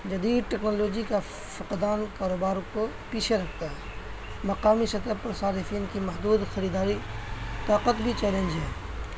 جدید ٹیکنالوجی کا فقدان کاروباروں کو پیچھے رکھتا ہے مقامی سطح اور صارفین کی محدود خریداری طاقت بھی چیلنج ہے